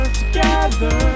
together